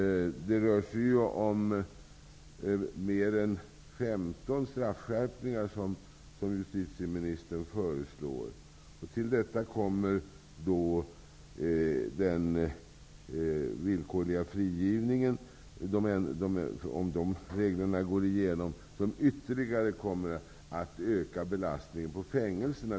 Det rör sig om fler än femton straffskärpningar som justitieministern föreslår. Till detta kommer den villkorliga frigivningen -- om de reglerna antas -- som ytterligare kommer att öka belastningen på fängelserna.